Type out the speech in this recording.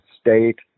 state